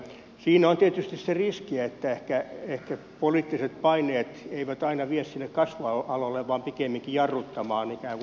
siinä on tietysti se riski että ehkä poliittiset paineet eivät aina vie sinne kasvualoille vaan pikemminkin ikään kuin jarruttamaan hidastumista